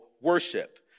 worship